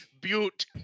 Butte